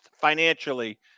financially